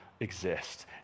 exist